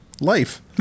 Life